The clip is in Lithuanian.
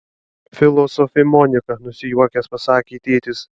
filosofė monika nusijuokęs pasakė tėtis